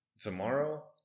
Tomorrow